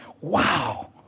Wow